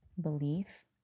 belief